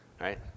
Right